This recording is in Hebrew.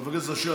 חבר הכנסת אשר,